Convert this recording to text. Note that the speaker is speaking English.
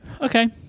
Okay